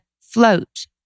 float